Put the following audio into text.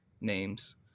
names